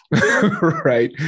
right